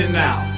now